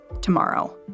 tomorrow